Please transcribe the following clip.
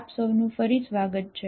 આપસૌનું ફરી સ્વાગત છે